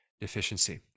deficiency